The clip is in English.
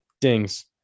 Dings